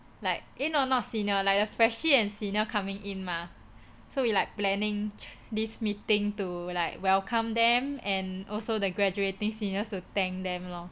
eh oh not senior like the freshie and senior coming in mah so we like planning this meeting to like welcome them and also the graduating seniors to thank them lor